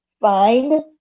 find